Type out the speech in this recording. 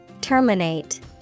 Terminate